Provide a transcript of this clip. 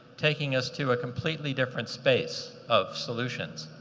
taking us to a completely different space of solutions.